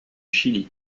chili